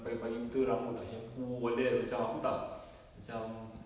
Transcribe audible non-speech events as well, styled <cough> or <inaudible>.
pagi-pagi buta rambut tak shampoo all that macam aku tak <breath> macam